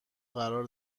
قرار